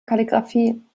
kalligraphie